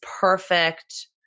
perfect